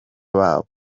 babo